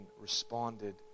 responded